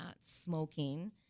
smoking